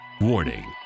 Warning